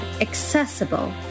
accessible